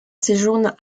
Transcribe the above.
séjourne